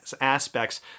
aspects